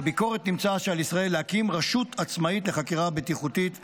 בביקורת נמצא שעל ישראל להקים רשות עצמאית לחקירה בטיחותית בתעופה,